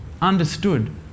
understood